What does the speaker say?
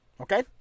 Okay